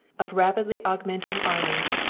of rapidly augmenting armies,